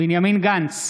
בנימין גנץ,